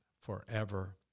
forever